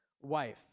wife